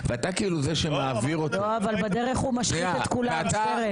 לא, זה לא תואם לחוק המתנות.